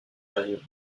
arrive